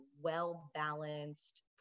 well-balanced